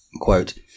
Quote